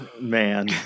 man